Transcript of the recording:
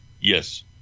Yes